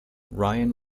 ryan